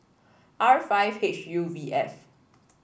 R five H U V F